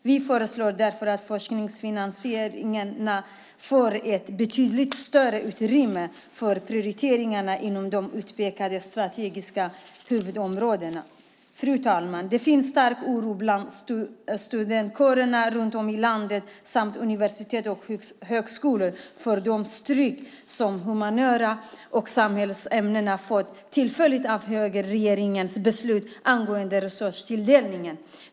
Vi föreslår därför att forskningsfinansiärerna får ett betydligt större utrymme för prioriteringar inom de utpekade strategiska huvudområdena. Fru talman! Det finns en stark oro bland studentkårerna runt om i landet samt universitet och högskolor för att humaniora och samhällsämnena har fått ta stryk till följd av högerregeringens beslut angående resurstilldelningen.